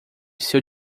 seu